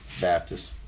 Baptist